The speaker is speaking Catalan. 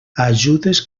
ajudes